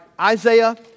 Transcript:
Isaiah